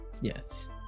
Yes